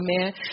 Amen